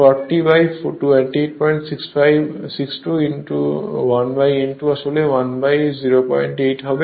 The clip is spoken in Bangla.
40 by 2862 1 n2 আসলে 1 08 হবে